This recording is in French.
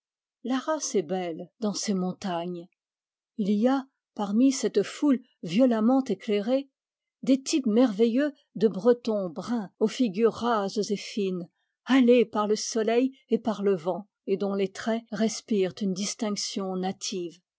race est belle dans ces montagnes il y a parmi cette foule violemment éclairée des types merveilleux de bretons bruns aux figures rases et fines hâlées par le soleil et par le vent et dont les traits respirent une distinction native